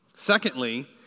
Secondly